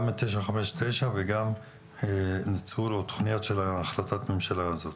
גם של 959 וגם ניצול או תוכניות של החלטת הממשלה הזו.